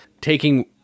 taking